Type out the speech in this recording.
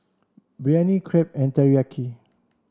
Biryani Crepe and Teriyaki